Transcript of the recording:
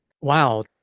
Wow